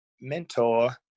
mentor